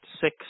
Six